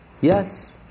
Yes